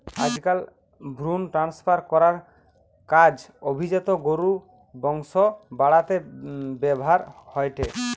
আজকাল ভ্রুন ট্রান্সফার করার কাজ অভিজাত গরুর বংশ বাড়াতে ব্যাভার হয়ঠে